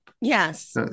yes